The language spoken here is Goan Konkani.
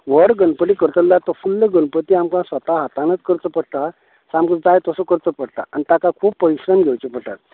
व्हड गणपती करतलो जाल्यार तो फूल गणपती आमकां स्वता हातानच करचो पडटा सामको जाय तसो करचो पडटा पूण आनी ताका खूब परिश्रण घेवचे पडटात